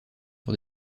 sur